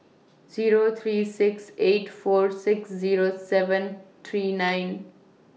Zero three six eight four six Zero seven three nine